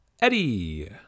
Eddie